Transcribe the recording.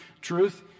truth